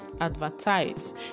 advertise